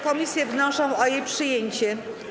Komisje wnoszą o jej przyjęcie.